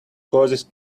causes